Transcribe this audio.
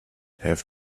have